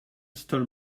stole